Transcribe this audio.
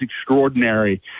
extraordinary